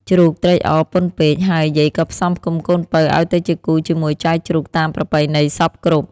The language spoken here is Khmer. ជ្រូកត្រេកអរពន់ពេក ហើយយាយក៏ផ្សំផ្គុំកូនពៅឱ្យទៅជាគូរជាមួយចៅជ្រូកតាមប្រពៃណីសព្វគ្រប់។